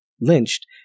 lynched